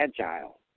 agile